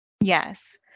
Yes